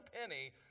penny